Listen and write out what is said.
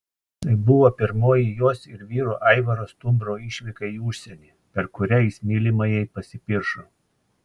tai buvo pirmoji jos ir vyro aivaro stumbro išvyka į užsienį per kurią jis mylimajai pasipiršo